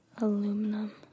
aluminum